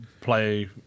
play